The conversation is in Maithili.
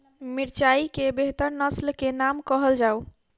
मिर्चाई केँ बेहतर नस्ल केँ नाम कहल जाउ?